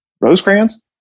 Rosecrans